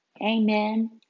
Amen